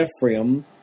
Ephraim